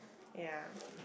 ya